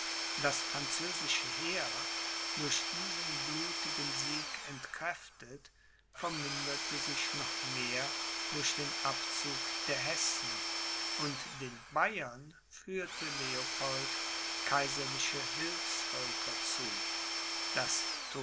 das französische heer durch diesen blutigen sieg entkräftet verminderte sich noch mehr durch den abzug der hessen und den bayern führte leopold kaiserliche hilfsvölker zu daß